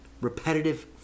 repetitive